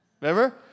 Remember